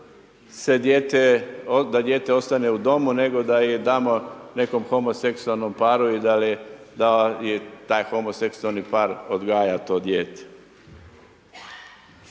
da dijete ostane u domu, nego da ih damo nekom homoseksualnom paru i da ih taj homoseksualni par odgaja to dijete.